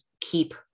keep